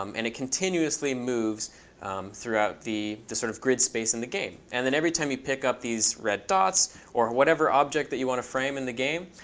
um and it continuously moves throughout the the sort of grid space in the game. and then every time you pick up these red dots or whatever object that you want to frame in the game,